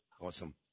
Awesome